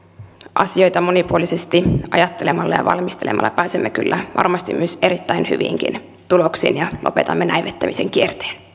asioita monipuolisesti ajattelemalla ja valmistelemalla pääsemme kyllä varmasti myös erittäin hyviinkin tuloksiin ja lopetamme näivettämisen kierteen